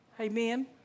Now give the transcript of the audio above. Amen